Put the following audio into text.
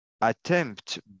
attempt